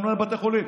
לנו אין בתי חולים.